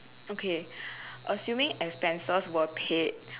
okay assuming expenses were paid